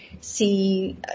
see